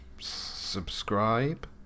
subscribe